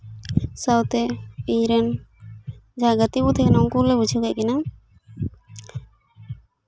ᱥᱟᱶᱛᱮ ᱤᱧ ᱨᱮᱱ ᱡᱟᱦᱟᱸᱭ ᱜᱟᱛᱮ ᱠᱚ ᱛᱟᱦᱮᱸ ᱠᱟᱱᱟ ᱩᱱᱠᱩ ᱦᱚᱸᱞᱮ ᱵᱩᱡᱷᱹᱣ ᱠᱮᱫ ᱠᱤᱱᱟᱹ